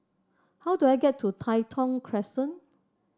how do I get to Tai Thong Crescent